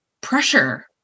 pressure